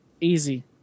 easy